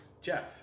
Jeff